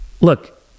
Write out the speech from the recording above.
look